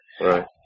Right